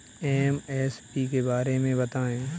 MSP के बारे में बतायें?